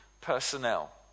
personnel